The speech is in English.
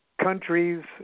countries